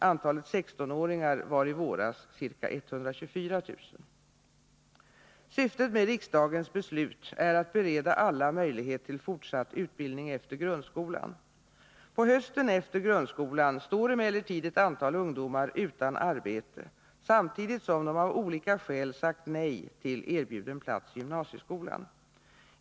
Antalet 16-åringar var i våras ca 124 000. Syftet med riksdagens beslut är att bereda alla möjlighet till fortsatt utbildning efter grundskolan. På hösten efter grundskolan står emellertid ett antal ungdomar utan arbete, samtidigt som de av olika skäl sagt nej till erbjuden plats i gymnasieskolan.